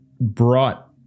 brought